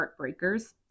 Heartbreakers